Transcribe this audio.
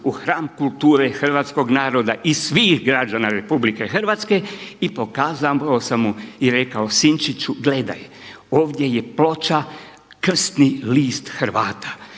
u hram kulture hrvatskog naroda i svih građana Republike Hrvatske i pokazao sam mu i rekao: Sinčiću, gledaj, ovdje je ploča krsni list Hrvata.